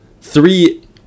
three